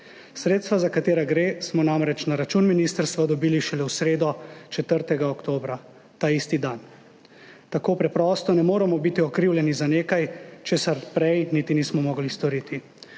Sredstva, za katera gre, smo namreč na račun ministrstva dobili šele v sredo, 4. oktobra, ta isti dan. Tako preprosto ne moremo biti okrivljeni za nekaj, česar prej niti nismo mogli storiti.